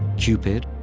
cupid,